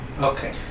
Okay